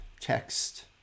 text